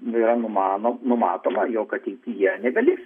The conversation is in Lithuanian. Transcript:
yra numa numatoma jog ateityje nebeliks